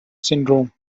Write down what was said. syndrome